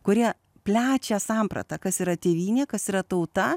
kurie plečia sampratą kas yra tėvynė kas yra tauta